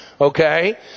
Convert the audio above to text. Okay